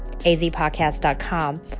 azpodcast.com